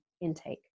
intake